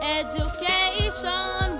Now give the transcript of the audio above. education